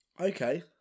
Okay